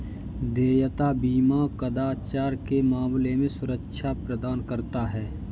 देयता बीमा कदाचार के मामले में सुरक्षा प्रदान करता है